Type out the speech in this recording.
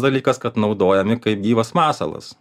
dalykas kad naudojami kaip gyvas masalas